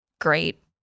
great